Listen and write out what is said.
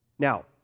Now